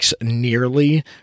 nearly